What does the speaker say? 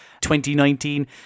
2019